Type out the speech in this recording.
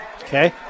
Okay